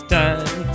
time